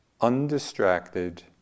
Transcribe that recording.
undistracted